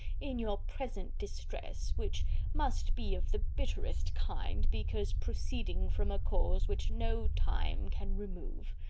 in your present distress, which must be of the bitterest kind, because proceeding from a cause which no time can remove.